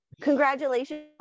Congratulations